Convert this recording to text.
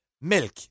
milk